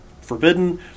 forbidden